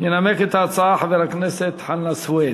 ינמק את ההצעה חבר הכנסת חנא סוייד.